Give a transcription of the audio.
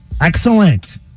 Excellent